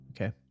Okay